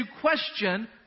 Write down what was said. question